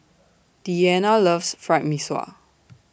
Deanna loves Fried Mee Sua